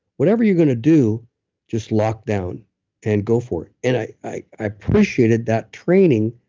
whatever you're going to do just lockdown and go for it. and i i appreciated that training.